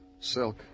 Silk